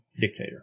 dictator